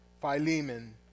Philemon